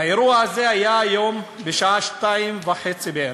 האירוע הזה היה היום בשעה 14:30 בערך.